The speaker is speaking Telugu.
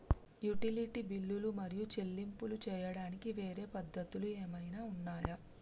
యుటిలిటీ బిల్లులు మరియు చెల్లింపులు చేయడానికి వేరే పద్ధతులు ఏమైనా ఉన్నాయా?